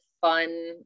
fun